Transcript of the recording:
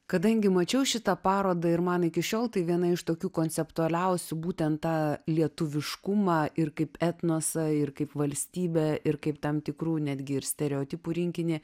kadangi mačiau šitą parodą ir man iki šiol tai viena iš tokių konceptualiausių būtent tą lietuviškumą ir kaip etnosą ir kaip valstybę ir kaip tam tikrų netgi ir stereotipų rinkinį